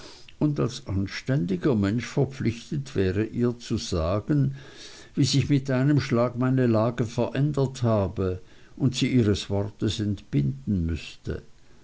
und als anständiger mensch verpflichtet wäre ihr zu sagen wie sich mit einem schlag meine lage verändert habe und sie ihres wortes entbinden müßte